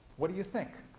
what do you think?